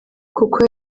kuko